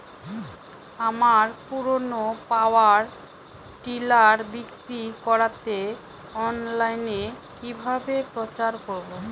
আমার পুরনো power tiller বিক্রি করাতে অনলাইনে কিভাবে প্রচার করব?